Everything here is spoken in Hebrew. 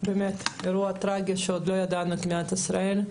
אירוע טרגי שעוד לא ידענו כמוהו במדינת ישראל,